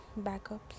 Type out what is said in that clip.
backups